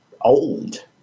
old